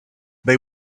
they